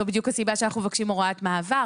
זו בדיוק הסיבה שאנחנו מבקשים הוראות מעבר,